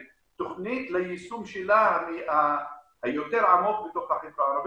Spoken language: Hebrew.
תוכנית ליישום שלה היותר עמוק בתוך החברה הערבית.